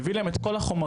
מביא להם את כל החומרים,